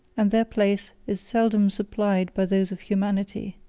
and their place is seldom supplied by those of humanity.